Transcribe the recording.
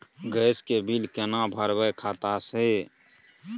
Gas के bill केना भरबै खाता से?